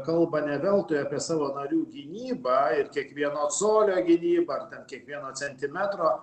kalba ne veltui apie savo narių gynybą ir kiekvieno colio gynybą ar ten kiekvieno centimetro